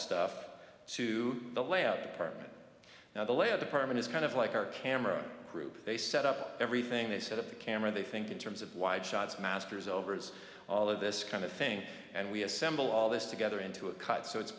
stuff to the lab department now the lab department is kind of like our camera group they set up everything they set up the camera they think in terms of wide shots masters overs all of this kind of thing and we assemble all this together into a cut so it's